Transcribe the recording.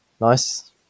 nice